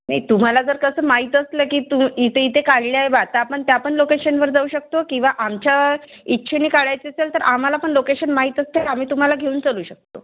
नाही तुम्हाला जर कसं माहीत असलं की तू इथे इथे काढल्या आहे बा तर आपण त्या पण लोकेशनवर जाऊ शकतो किंवा आमच्या इच्छेने काढायचं असेल तर आम्हाला पण लोकेशन माहीत असते आम्ही तुम्हाला घेऊन चलू शकतो